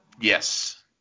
yes